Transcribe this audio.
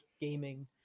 gaming